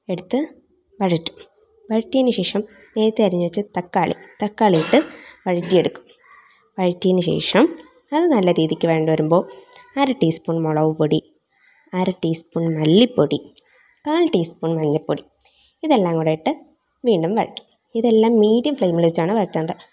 എടുത്ത് വഴറ്റും വഴറ്റിയതിന് ശേഷം നേരത്തെ അരിഞ്ഞു വെച്ച തക്കാളി തക്കാളിയിട്ട് വഴറ്റിയെടുക്കും വഴറ്റിയതിന് ശേഷം അത് നല്ല രീതിക്ക് വഴണ്ട് വരുമ്പോൾ അര ടീസ്പൂൺ മുളക് പൊടി അര ടീസ്പൂൺ മല്ലിപ്പൊടി കാൽ ടീസ്പൂൺ മഞ്ഞൾപ്പൊടി ഇതെല്ലാം കൂടെ ഇട്ട് വീണ്ടും വഴറ്റും ഇതെല്ലാം മീഡിയം ഫ്ലേമിൽ വെച്ചാണ് വഴറ്റേണ്ടത്